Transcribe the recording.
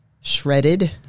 shredded